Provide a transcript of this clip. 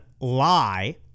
lie